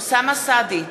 אוסאמה סעדי,